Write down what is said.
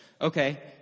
okay